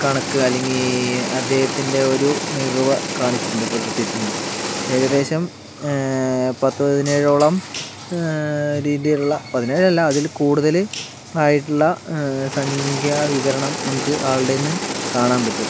കണക്ക് അല്ലെങ്കിൽ അദ്ദേഹത്തിൻ്റെ ഒരു മികവ് കാണിച്ചിട്ടുണ്ട് പുലർത്തിയിട്ടുണ്ട് ഏകദേശം പത്ത് പതിനേഴോളം രീതിയിലുള്ള പതിനേഴല്ല അതില് കൂടുതല് ആയിട്ടുള്ള സംഖ്യ വിവരണം നമുക്ക് ആൾടെന്ന് കാണാൻ പറ്റും